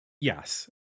yes